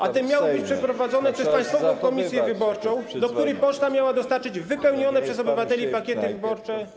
A te miały być przeprowadzone przez Państwową Komisję Wyborczą, do której poczta miała dostarczyć wypełnione przez obywateli pakiety wyborcze.